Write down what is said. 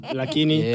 lakini